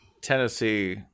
Tennessee